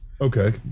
okay